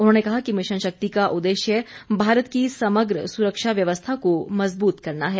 उन्होंने कहा कि मिशन शक्ति का उद्देश्य भारत की समग्र सुरक्षा व्यवस्था को मजबूत करना है